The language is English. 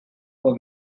for